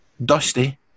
Dusty